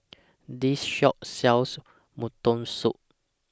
This Shop sells Mutton Soup